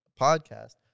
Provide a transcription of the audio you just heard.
podcast